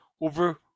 over